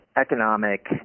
economic